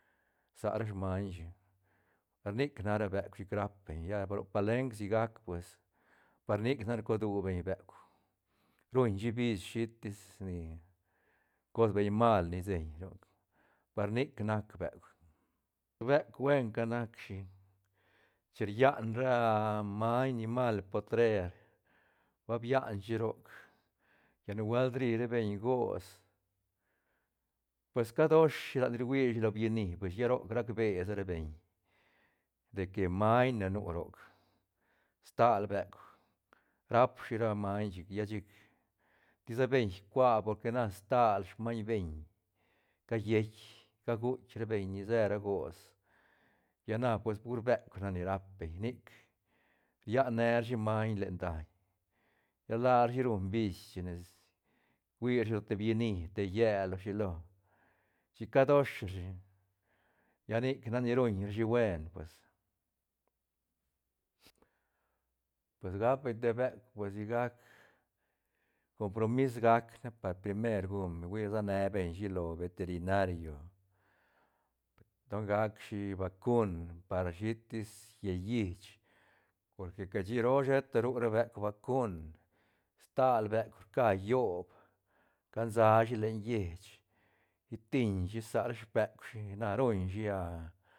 Sa ra smaiñ shi par nic nac ra beuk chic rap beñ lla ro palenk sigac pues par nic nac rcuadu beñ beuk ruñ shi bis shitis ni cos beñ mal ni señ roc par nic nac beuk- beuk huenca nac shi chin rian ra maiñ nimal potrer ba bian shi roc lla nubuelt ri ra beñ gots pues cadosh shi lat ni ruishi lo byini chic lla roc rac be sa ra beñ de que maiñne nu roc stal beuk rap shi ra maiñ chic lla chic tisa beñ icua porque na stal smaiñ beñ calleit ca guitk ra beñ ni se ra gots lla na pues pur beuk nac ni rap beñ nic rian ne rashi maiñ len daiñ lla larshi ruñ bis chi nes huira shi lo te byini te llel o shilo chic cadosh rashi lla nic nac ni ruñ rashi buen pues- pues gap beñ te beuk pues sigac compromis gac ne par primer guñ beñ hui se ne beñ shi lo beterinario don gac shi vacun par shitis llal llich porque cashi roo sheta ru ra beuk vacun stal beuk rca yoob cansa shi len lleich ri rtiñ shi sa ra speuk shi na ruñ shi.